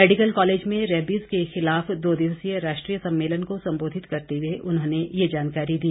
medical college में rabies के खिलाफ दो दिवसीय राष्ट्रीय सम्मेलन को संबोधित करते हुए उन्होंने ये जानकारी दी